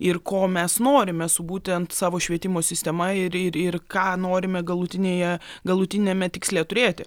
ir ko mes norime su būtent savo švietimo sistema ir ir ir ką norime galutinėje galutiniame tiksle turėti